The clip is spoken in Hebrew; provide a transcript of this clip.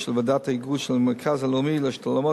של ועדת ההיגוי של המרכז הלאומי להשתלות,